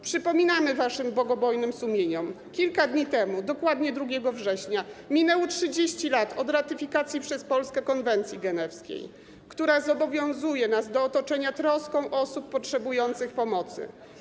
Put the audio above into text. Przypominamy waszym bogobojnym sumieniom: kilka dni temu, dokładnie 2 września, minęło 30 lat od ratyfikacji przez Polskę konwencji genewskiej, która zobowiązuje nas do otoczenia troską osób potrzebujących pomocy.